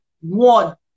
one